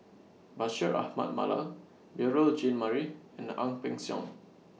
Bashir Ahmad Mallal Beurel Jean Marie and Ang Peng Siong